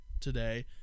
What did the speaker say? today